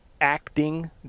acting